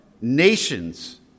nations